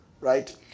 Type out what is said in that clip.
right